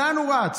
לאן הוא רץ?